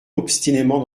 obstinément